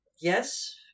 yes